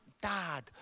dad